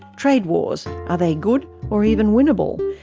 trade wars are they good or even winnable?